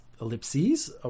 ellipses